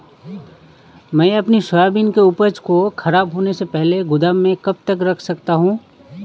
मैं अपनी सोयाबीन की उपज को ख़राब होने से पहले गोदाम में कब तक रख सकता हूँ?